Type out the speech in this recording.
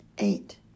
Eight